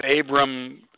Abram